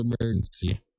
emergency